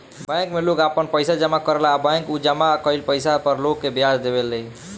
bank में लोग आपन पइसा जामा करेला आ बैंक उ जामा कईल पइसा पर लोग के ब्याज देवे ले